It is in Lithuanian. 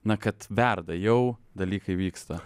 na kad verda jau dalykai vyksta